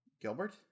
Gilbert